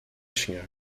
śnie